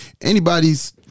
Anybody's